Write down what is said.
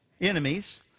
enemies